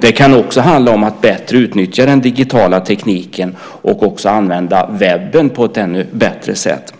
Det kan också handla om att bättre utnyttja den digitala tekniken och om att använda webben på ett bättre sätt.